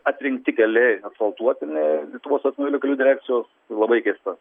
atrinkti keliai asfaltuotini lietuvos automobilių kelių direkcijos labai keista